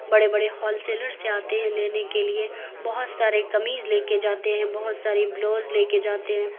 بڑے بڑے wholesaler سے آتے ہیں لینے کے لیے بہت سارے کمیض لے کے جاتے ہیں بہت ساری بلوز لے کے جاتے ہیں